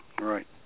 Right